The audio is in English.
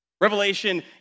Revelation